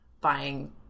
buying